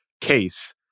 case